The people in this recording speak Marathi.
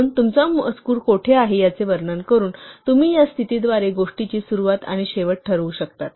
म्हणून तुमचा मजकूर कोठे आहे याचे वर्णन करून तुम्ही या स्थितीद्वारे गोष्टीची सुरुवात आणि शेवट ठरवू शकतात